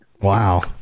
wow